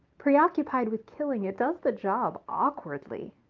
preoccupied with killing, it does the job awkwardly,